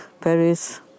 Paris